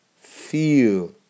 feel